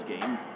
game